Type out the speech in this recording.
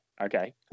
okay